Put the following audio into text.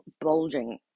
bulging